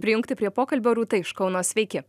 prijungti prie pokalbio rūta iš kauno sveiki